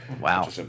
Wow